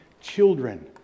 children